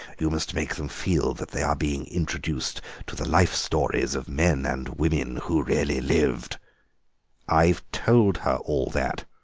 you must make them feel that they are being introduced to the life-stories of men and women who really lived i've told her all that,